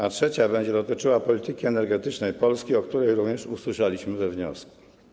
A trzecia będzie dotyczyła polityki energetycznej Polski, o której również usłyszeliśmy we wniosku.